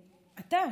אתה,